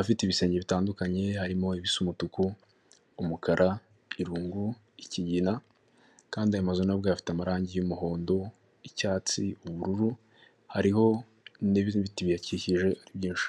afite ibisenge bitandukanye harimo ibisa umutuku umukara irungu ikigina, kandi aya mazu nubwo afite amarangi y'umuhondocyatsi ubururu hariho n'ibiti biyakikije ari byinshi.